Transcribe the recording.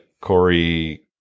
Corey